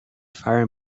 fire